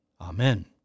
Amen